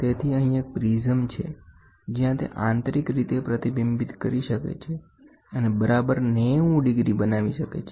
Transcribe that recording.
તેથી અહીં એક પ્રિઝમ છે જ્યાં તે આંતરિક રીતે પ્રતિબિંબિત કરી શકે છે અને બરાબર 90 ડિગ્રી બનાવી શકે છે